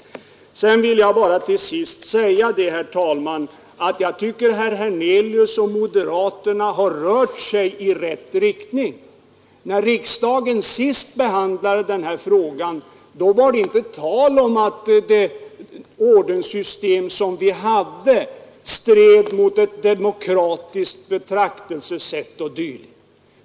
Låt mig slutligen säga, herr talman, att jag tycker att herr Hernelius och moderata samlingspartiet har rört sig i rätt riktning. När riksdagen senast behandlade den här frågan var det inte tal om att det ordenssystem som vi hade stred mot ett demokratiskt betraktelsesätt osv.